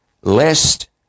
lest